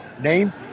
Name